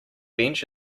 bench